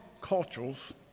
cultures